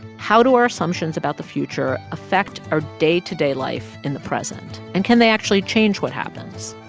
how do our assumptions about the future affect our day-to-day life in the present? and can they actually change what happens?